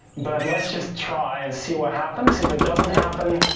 but let's just try and see what happens. if it doesn't happen,